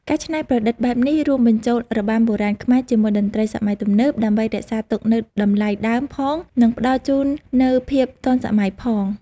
ការច្នៃប្រឌិតបែបនេះ រួមបញ្ចូលរបាំបុរាណខ្មែរជាមួយតន្ត្រីសម័យទំនើប ដើម្បីរក្សាទុកនូវតម្លៃដើមផង និងផ្តល់ជូននូវភាពទាន់សម័យផង។